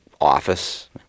office